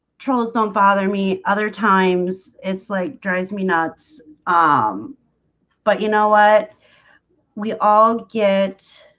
trolls don't bother me other times. it's like drives me nuts um but you know what we all get